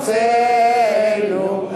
המליאה.)